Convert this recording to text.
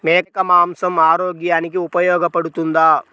మేక మాంసం ఆరోగ్యానికి ఉపయోగపడుతుందా?